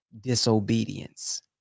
disobedience